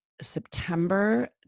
September